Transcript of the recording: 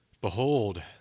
Behold